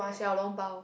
Xiao-Long-Bao